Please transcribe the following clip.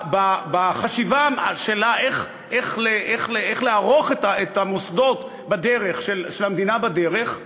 בחשיבה שלה איך לערוך את המוסדות של המדינה בדרך,